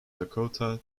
dakota